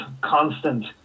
constant